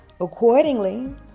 Accordingly